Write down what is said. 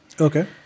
okay